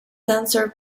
sensor